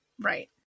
Right